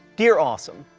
dear awesome,